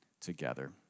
together